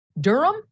Durham